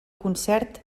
concert